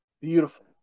beautiful